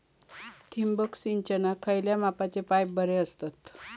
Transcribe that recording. ठिबक सिंचनाक खयल्या मापाचे पाईप बरे असतत?